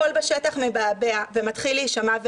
הכול בשטח מבעבע ומתחיל להישמע,